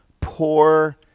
poor